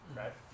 right